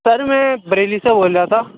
سر میں بریلی سے بول رہا تھا